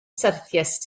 syrthiaist